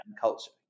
culture